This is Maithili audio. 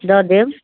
दऽ देब